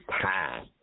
time